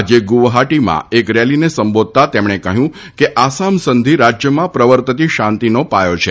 આજે ગુવહાટીમાં એક રેલીને સંબોધતાં તેમણે કહ્યું હતું કે આસામ સંધિ રાજ્યમાં પ્રવર્તતી શાંતિનો પાયો છે